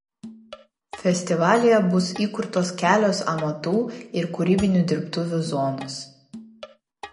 festivalyje bus įkurtos kelios amatų ir kūrybinių dirbtuvių zonos